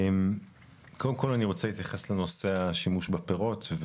קודם כל, אני רוצה להתייחס לנושא השימוש בפירות.